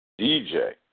DJ